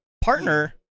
partner